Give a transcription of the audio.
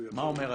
מה אומר התיקון?